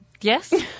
Yes